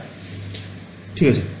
ছাত্র ছাত্রীঃঠিক আছে